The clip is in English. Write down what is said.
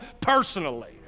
personally